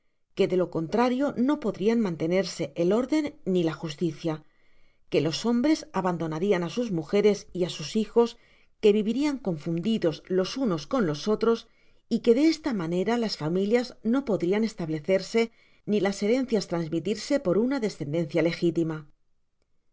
que de lo contrario no podrian mantenerse el orden ni la justicia que los hombres abandonarian á sos mujeres y á sus hijos que vivirian confundidos los unos con los otros y que de esta manera las familias no podrian establecerse ni las herencias trasmitirse por ana descendencia legitima